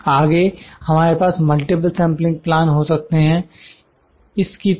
आगे हमारे पास मल्टीपल सेंपलिंग प्लान हो सकते हैं इस की तरह